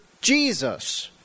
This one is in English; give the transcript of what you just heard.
Jesus